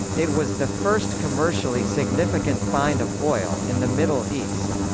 it was the first commercially significant find of oil in the middle east.